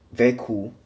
very cool